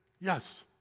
yes